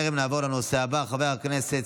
נצביע כרגע על הצעת החוק שהוצמדה אליה,